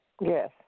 Yes